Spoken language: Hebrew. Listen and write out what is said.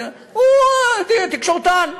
הוא תקשורתן.